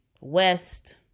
west